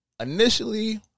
initially